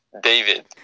David